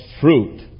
fruit